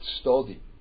study